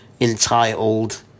entitled